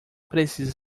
precisa